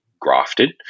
grafted